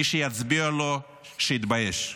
מי שיצביע לו, שיתבייש.